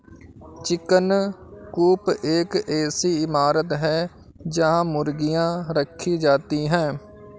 chicken coop एक ऐसी इमारत है जहां मुर्गियां रखी जाती हैं